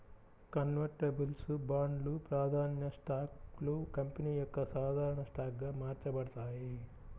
convertibles బాండ్లు, ప్రాధాన్య స్టాక్లు కంపెనీ యొక్క సాధారణ స్టాక్గా మార్చబడతాయి